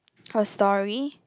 her story